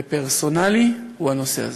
לפרסונלי, הוא הנושא הזה.